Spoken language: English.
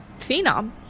Phenom